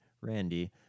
Randy